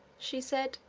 she said,